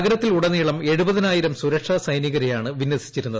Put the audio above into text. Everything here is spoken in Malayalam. നഗരത്തിലുടനീളം എഴുപതിനായിരം സുരക്ഷ സൈനികരെയാണ് വിന്യസിച്ചിരുന്നത്